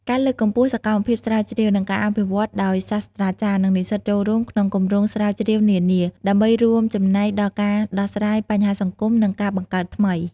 ការលើកកម្ពស់សកម្មភាពស្រាវជ្រាវ និងការអភិវឌ្ឍន៍ដោយសាស្ត្រាចារ្យ និងនិស្សិតចូលរួមក្នុងគម្រោងស្រាវជ្រាវនានា ដើម្បីរួមចំណែកដល់ការដោះស្រាយបញ្ហាសង្គម និងការបង្កើតថ្មី។